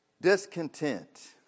Discontent